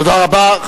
תודה רבה.